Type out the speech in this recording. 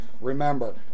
remember